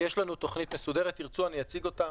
יש לנו תוכנית מסודרת, אם תרצו, אני אציג אותה.